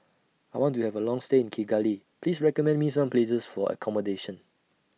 I want to Have A Long stay in Kigali Please recommend Me Some Places For accommodation